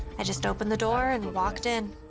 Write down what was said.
i just opened the door and walked in.